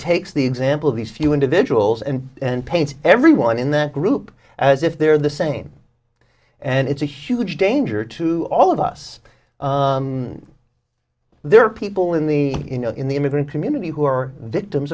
takes the example of these few individuals and paint everyone in that group as if they're the same and it's a huge danger to all of us there are people in the you know in the immigrant community who are victims